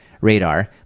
Radar